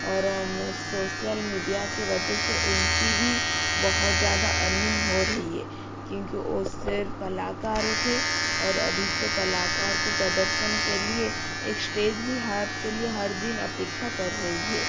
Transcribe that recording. और मैं social media की वजह से उनकी भी बहुत ज़्यादा अर्निंग हो रही है क्योंकि वो सिर्फ़ कलाकार थे और अभी तो कलाकार को प्रदर्शन के लिए एक इश्टेज भी आप के लिए हर दिन अपेक्षा कर रही है